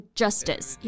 justice